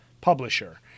publisher